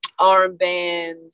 armbands